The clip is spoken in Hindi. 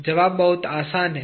जवाब बहुत आसान है